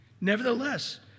Nevertheless